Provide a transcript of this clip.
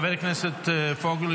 חבר הכנסת פוגל,